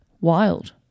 Wild